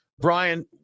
Brian